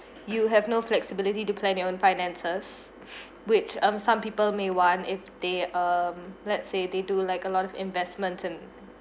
you have no flexibility to plan your own finances which um some people may want if they um let's say they do like a lot of investment and